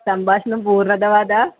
सम्भाषणं पूर्णदवाद